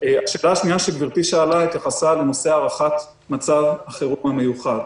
השאלה השנייה שגברתי שאלה התייחסה לנושא הארכת מצב החירום המיוחד.